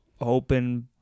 open